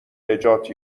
نجات